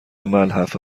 ملحفه